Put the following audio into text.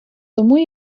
тому